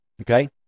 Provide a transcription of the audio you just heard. Okay